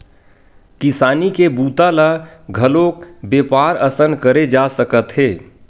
किसानी के बूता ल घलोक बेपार असन करे जा सकत हे